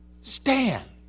Stand